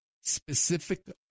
specific